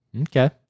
Okay